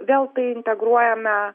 vėl tai integruojame